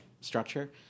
structure